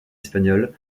espagnole